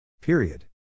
Period